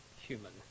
human